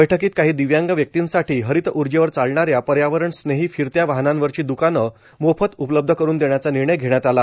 बैठकीत काही दिव्यांग व्यक्तींसाठी हरित उर्जेवर चालणाऱ्या पर्यावरणस्नेही फिरत्या वाहनांवरची दुकानं मोफत उपलब्ध करून देण्याचा निर्णय घेण्यात आला